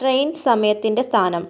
train സമയത്തിൻ്റെ സ്ഥാനം